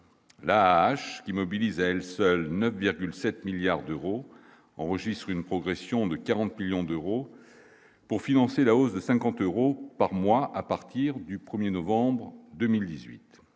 hache qui mobilise, elle, seules 9,7 milliards d'euros enregistre une progression de 40 millions d'euros pour financer la hausse de 50 euros par mois à partir du 1er novembre 2018,